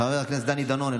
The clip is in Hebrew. חבר הכנסת דני דנון,